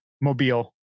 mobile